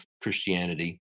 Christianity